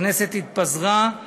הכנסת התפזרה,